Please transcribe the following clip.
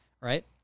right